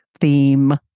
Theme